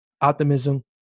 optimism